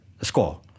score